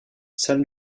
san